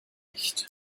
nicht